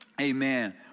Amen